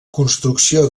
construcció